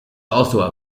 also